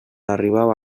arribava